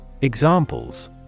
examples